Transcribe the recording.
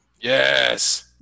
Yes